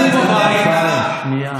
יש אנשים אמיתיים בחוץ, גנב את המדינה.